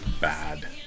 bad